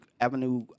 Avenue